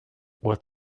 what